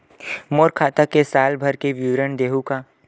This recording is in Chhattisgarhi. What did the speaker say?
मोर खाता के साल भर के विवरण देहू का?